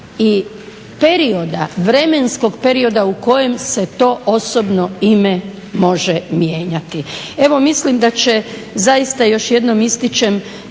i perioda vremenskog perioda u kojem se to osobno ime može mijenjati. Evo mislim da će zaista još jednom ističem